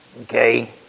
Okay